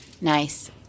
Nice